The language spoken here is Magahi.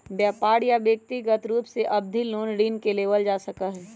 व्यापार या व्यक्रिगत रूप से अवधि लोन ऋण के लेबल जा सका हई